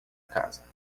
casa